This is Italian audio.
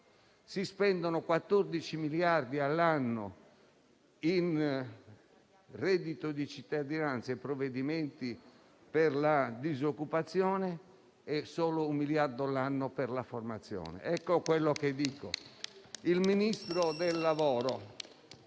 Si spendono 14 miliardi all'anno in reddito di cittadinanza e provvedimenti per la disoccupazione e solo un miliardo l'anno per la formazione. Il Ministro del lavoro